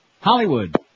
Hollywood